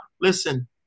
Listen